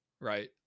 right